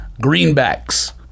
Greenbacks